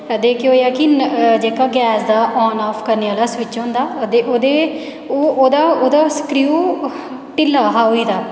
ते केह् होएया कि जेह्का गैस दा ऑन ऑफ करने आह्ला स्विच होंदा ते ओह्दा स्क्रियू ढिल्ला हा